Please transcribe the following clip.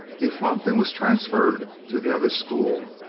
he flunked and was transferred to the other school.